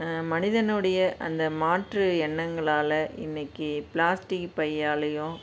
மனிதனுடைய அந்த மாற்று எண்ணங்களால் இன்றைக்கி ப்ளாஸ்டிக்கு பையாலேயும்